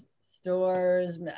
stores